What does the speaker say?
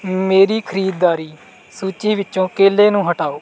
ਮੇਰੀ ਖਰੀਦਦਾਰੀ ਸੂਚੀ ਵਿੱਚੋਂ ਕੇਲੇ ਨੂੰ ਹਟਾਓ